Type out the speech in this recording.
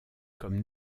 comme